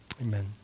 Amen